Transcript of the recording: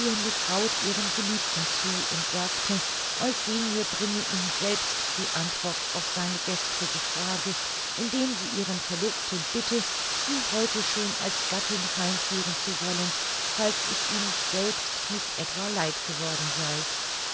braut ihrem geliebten zu und sagte eugenie bringe ihm selbst die antwort auf seine gestrige frage indem sie ihren verlobten bitte sie heute schon als gattin heimführen zu wollen falls es ihm selbst nicht etwa leid geworden sei